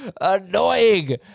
annoying